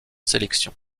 sélection